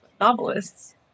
novelists